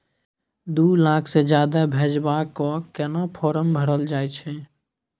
दू लाख से ज्यादा भेजबाक केना फारम भरल जाए छै?